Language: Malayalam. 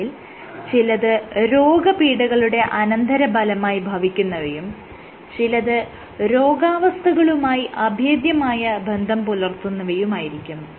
ഇവയിൽ ചിലത് രോഗപീഢകളുടെ അനന്തരഫലമായി ഭവിക്കുന്നവയും ചിലത് രോഗാവസ്ഥകളുമായി അഭേദ്യമായ ബന്ധം പുലർത്തുന്നവയുമായിരിക്കും